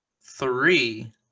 Three